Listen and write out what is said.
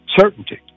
certainty